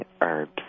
herbs